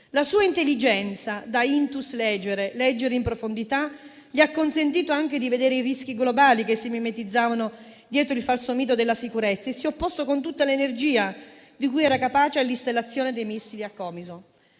La sua intelligenza (da *intus legere,* leggere in profondità) gli ha consentito anche di vedere i rischi globali che si mimetizzavano dietro il falso mito della sicurezza e si è opposto con tutta l'energia di cui era capace all'istallazione dei missili a Comiso.